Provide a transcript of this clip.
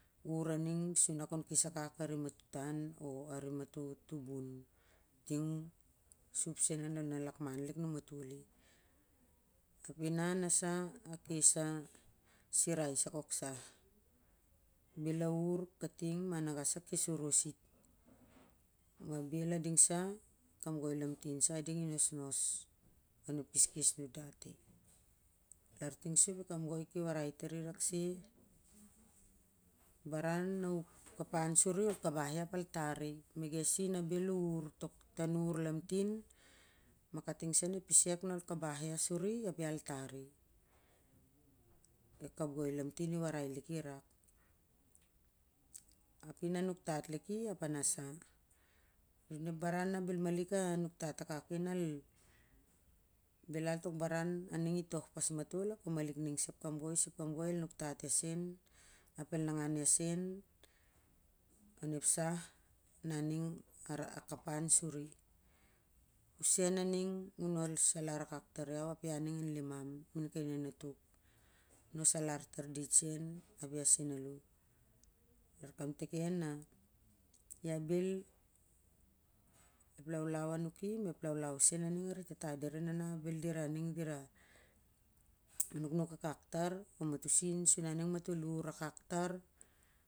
Ur aning su na kon kes akak animatotan o anim mato tubuu ting sem sup lon a lakman lik a numatoli. Api na a nasa a sirai sa kok sah bel a ur ma maga seu a ke ova it, mah bel a ding sa ep kamgoi lamtin seu a ding i nochos onep keskes a nundati, lar ting sup e kamgoi ki warai tari rakse baran na u kapan suri ol kabah ap il tari e kagoilamtin i warai liki rak, ap i na nuk tat liki ap a na sah o na ep baran na bel ma lik a nuk tat akak kol li ap a malik akak nal belat tok baran na nung el toh pas mato apa malik nina samal ik ep kamgoi sei nuktat lan seu ap el nangau iau saa onep sah naning a kapan suri. I seu aning i nop alar akat tar iau ap a ning seu au liman main kai nanatuk nos alar tar dit seu ap ia seu alo, ou kaprikeu ai bel ep laulau anuki ma ep laulau seu a ning e tata dira e nana na bel a ning dira nukuuk akak mato sin suua ning matol nu akak tar.